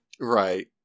Right